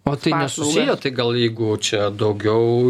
o tai nesusiję tai gal jeigu čia daugiau